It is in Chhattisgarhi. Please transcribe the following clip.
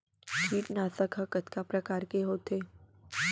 कीटनाशक ह कतका प्रकार के होथे?